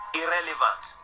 irrelevant